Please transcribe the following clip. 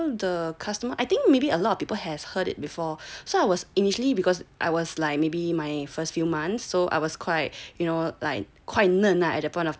the customer I think maybe a lot of people has heard it before so I was initially because I was like maybe my first few months so I was quite you know like quite 嫩 lah at at point of time